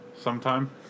Sometime